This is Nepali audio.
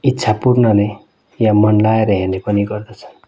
इच्छा पूर्णले या मनलगाएर पनि हेर्ने गर्दछन्